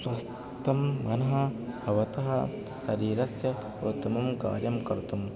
स्वस्थं मनः भवतः शरीरस्य उत्तमं कार्यं कर्तुम्